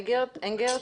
ניר אנגרט,